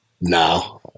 No